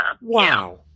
wow